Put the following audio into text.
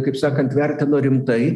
kaip sakant vertino rimtai